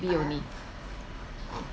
baby only